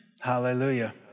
Hallelujah